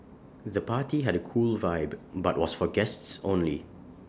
the party had A cool vibe but was for guests only